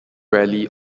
rarely